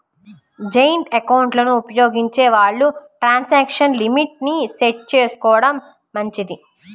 joint ఎకౌంట్లను ఉపయోగించే వాళ్ళు ట్రాన్సాక్షన్ లిమిట్ ని సెట్ చేసుకోడం మంచిది